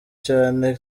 cyane